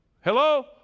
Hello